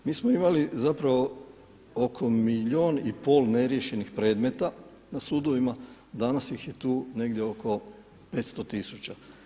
Mi smo imali zapravo oko milijun i pol neriješenih predmeta na sudovima, danas ih je tu negdje oko 500 tisuća.